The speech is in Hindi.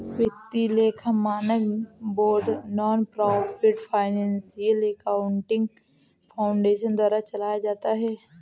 वित्तीय लेखा मानक board nonprofit financial accounting foundation द्वारा चलाया जाता है